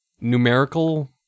numerical